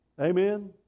Amen